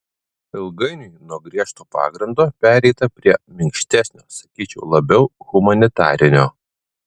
ilgainiui nuo griežto pagrindo pereita prie minkštesnio sakyčiau labiau humanitarinio